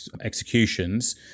executions